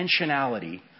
intentionality